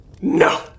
no